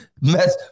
Mess